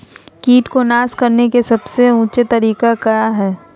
किट को नास करने के लिए सबसे ऊंचे तरीका काया है?